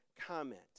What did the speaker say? comment